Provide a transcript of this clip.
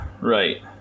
right